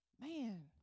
Man